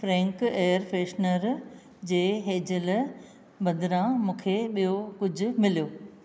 Frank air freshener जे Hazel बदिरां मूंखे ॿियो कुझु मिलियो